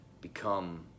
become